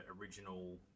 original